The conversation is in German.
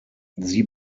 sie